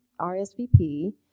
RSVP